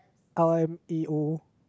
L_M_A_O